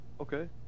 okay